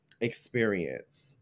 experience